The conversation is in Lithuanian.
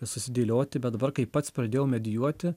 susidėlioti bet dabar kai pats pradėjau medijuoti